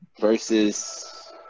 versus